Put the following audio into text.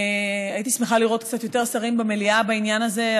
הייתי שמחה לראות קצת יותר שרים במליאה בעניין הזה,